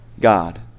God